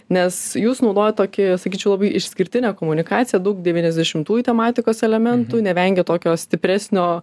nes jūs naudojat tokį sakyčiau labai išskirtinę komunikaciją daug devyniasdešimtųjų tematikos elementų nevengiat tokio stipresnio